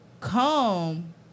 come